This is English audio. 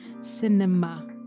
cinema